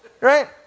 Right